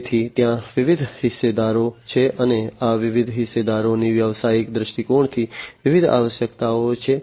તેથી ત્યાં વિવિધ હિસ્સેદારો છે અને આ વિવિધ હિસ્સેદારોની વ્યવસાયિક દ્રષ્ટિકોણથી વિવિધ આવશ્યકતાઓ છે